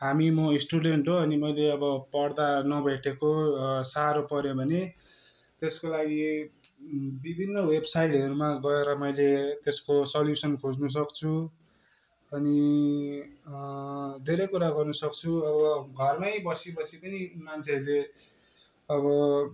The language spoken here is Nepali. हामी म स्टुडेन्ट हो अनि मैले अब पढ्दा नभेटेको साह्रो पर्यो भने त्यसको लागि बिभिन्न वेबसाइटहरूमा गएर मैले त्यसको सल्युसन खोज्नु सक्छु अनि धेरै कुरा गर्नु सक्छु अब घरमै बसी बसी पनि मान्छेहरूले अब